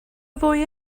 ddwy